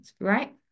right